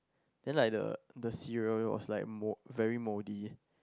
then like the the cereal was like mold very moldy